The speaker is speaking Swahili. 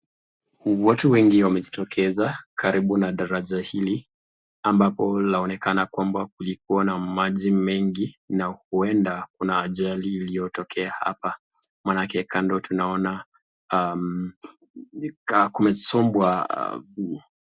Watu wengi wamejitokeza karibu na daraja hili ambalo laonekana kwamba kulikuwa na maji mengi na huenda kuna ajali iliyotokea hapa maanake kando tunaona kakumesombwa.